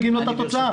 מגיעים לאותה תוצאה.